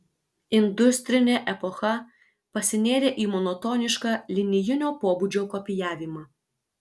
industrinė epocha pasinėrė į monotonišką linijinio pobūdžio kopijavimą